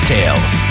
Tales